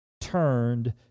turned